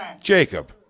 Jacob